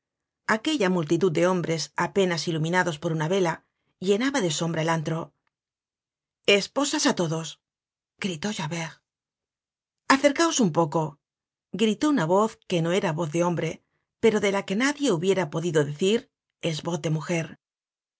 aquella multitud de hombres apenas iluminados por una vela llenaba de sombra el antro esposasá todos gritó javert content from google book search generated at acercaos un poco gritó una voz que no era voz de hombre pero de la que nadie hubiera podido decir es voz de mujer